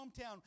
hometown